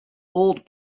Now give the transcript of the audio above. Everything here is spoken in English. old